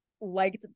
liked